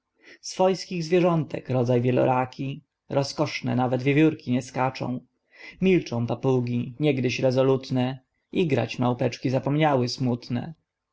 swojskich zwierzątek rodzaj wieloraki rozkoszne nawet wiewiórki nie skaczą milczą papugi niegdyś rezolutne igrać małpeczki zapomniały smutne